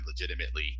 legitimately